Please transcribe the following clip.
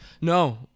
No